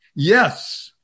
Yes